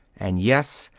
and yes,